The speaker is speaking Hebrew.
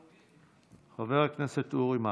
חבר הכנסת אורי מקלב.